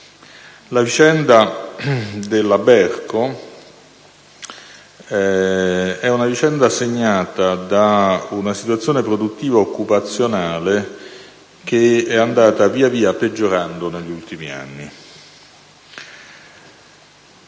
La vicenda della Berco è segnata da una situazione produttiva e occupazionale che è andata via via peggiorando negli ultimi anni.